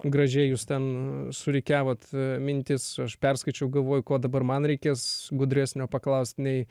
gražiai jūs ten surikiavot mintis aš perskaičiau galvoju kuo dabar man reikės gudresnio paklaust nei